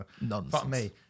Nonsense